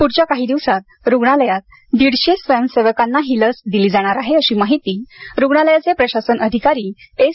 पुढच्या काही दिवसांत रुग्णालयात दीडशे स्वयंसेवकांना ही लस दिली जाणार आहे अशी माहिती रुग्णालयाचे प्रशासन अधिकारी एस